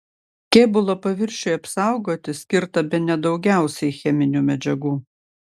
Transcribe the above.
kėbulo paviršiui apsaugoti skirta bene daugiausiai cheminių medžiagų